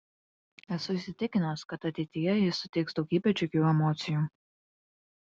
esu įsitikinęs kad ateityje ji suteiks daugybę džiugių emocijų